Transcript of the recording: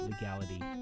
Legality